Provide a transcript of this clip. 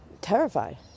Terrified